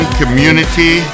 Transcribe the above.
community